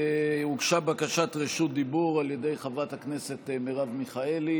הוגשה בקשת רשות דיבור על ידי חברת הכנסת מרב מיכאלי,